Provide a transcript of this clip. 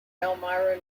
elmira